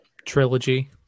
Trilogy